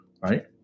right